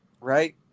right